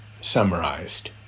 summarized